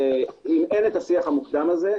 אם אין השיח המוקדם הזה,